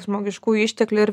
žmogiškųjų išteklių ir